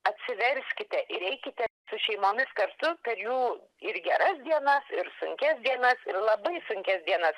atsiverskite ir eikite su šeimomis kartu kad jų ir geras dienas ir sunkias dienas ir labai sunkias dienas